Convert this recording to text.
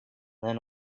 then